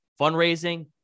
fundraising